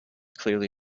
clearly